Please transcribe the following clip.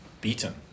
beaten